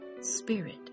spirit